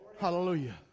Hallelujah